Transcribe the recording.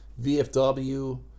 VFW